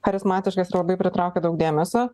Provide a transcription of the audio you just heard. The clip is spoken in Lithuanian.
charizmatiškas ir labai pritraukia daug dėmesio